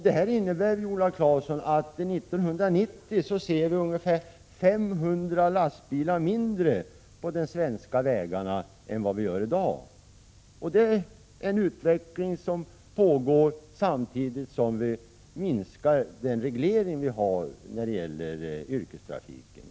Detta innebär att vi 1990 får se ungefär 500 lastbilar färre på de svenska vägarna än vad vi gör i dag. Det är en utveckling som pågår samtidigt som vi minskar den reglering vi har när det gäller yrkestrafiken.